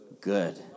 good